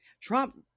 Trump